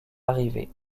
arrivé